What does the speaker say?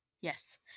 Yes